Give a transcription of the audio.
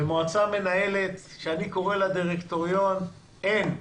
ומועצה מנהלת, שאני קורא לה דירקטוריון, אין.